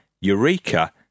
Eureka